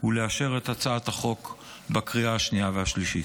ולאשר את הצעת החוק בקריאה השנייה והשלישית.